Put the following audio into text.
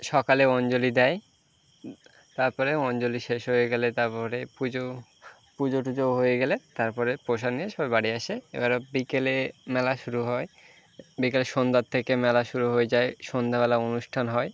সকালে অঞ্জলি দেয় তারপরে অঞ্জলি শেষ হয়ে গেলে তারপরে পুজো পুজো টুজো হয়ে গেলে তারপরে প্রসাদ নিয়ে সবাই বাড়ি আসে এবার ও বিকেলে মেলা শুরু হয় বিকালে সন্ধ্যার থেকে মেলা শুরু হয়ে যায় সন্ধেবেলা অনুষ্ঠান হয়